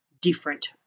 different